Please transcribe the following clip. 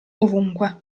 ovunque